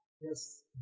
Yes